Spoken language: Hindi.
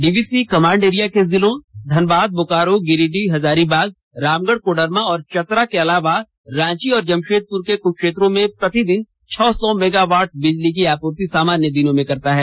डीबीसी कमांड एरिया के जिलों धनबाद बोकारो गिरिडीह हजारीबाग रामगढ़ कोडरमा और चतरा के अलावा रांची और जमशेदपुर के कुछ क्षेत्रों में प्रतिदिन छह सौ मेगावाट बिजली की आपूर्ति सामान्य दिनों में करता है